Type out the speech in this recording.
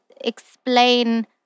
explain